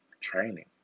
training